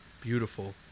Beautiful